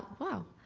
wow.